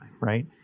right